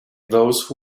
those